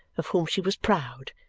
of whom she was proud,